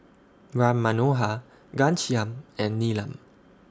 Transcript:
Ram Manohar Ghanshyam and Neelam